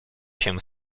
się